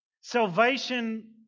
Salvation